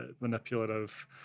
manipulative